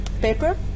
paper